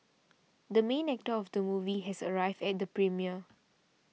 the main actor of the movie has arrived at the premiere